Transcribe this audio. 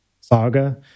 saga